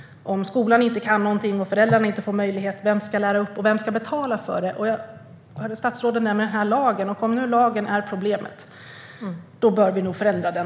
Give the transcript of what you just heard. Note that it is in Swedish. Om skolan inte kan någonting och om föräldrarna inte får möjlighet, vem ska lära upp och vem ska betala för det? Statsrådet nämner den här lagen. Om det nu är lagen som är problemet bör vi nog förändra den.